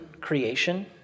creation